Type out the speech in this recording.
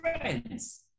friends